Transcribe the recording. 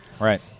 Right